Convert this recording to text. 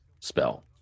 spell